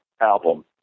album